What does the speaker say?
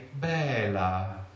bella